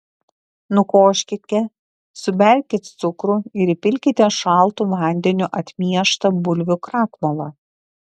nukoškite suberkit cukrų ir įpilkite šaltu vandeniu atmieštą bulvių krakmolą